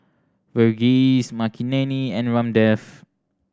Verghese Makineni and Ramdev